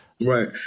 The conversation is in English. Right